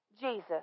Jesus